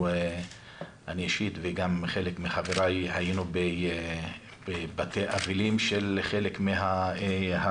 אני אישית וגם חלק מחבריי היינו בבתי אבלים של חלק מההרוגים,